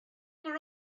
were